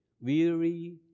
Weary